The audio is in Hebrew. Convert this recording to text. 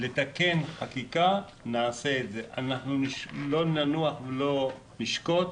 לתקן חקיקה נעשה את זה, לא ננוח ולא נשקוט,